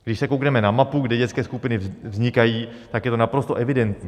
Když se koukneme na mapu, kde dětské skupiny vznikají, tak je to naprosto evidentní.